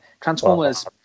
Transformers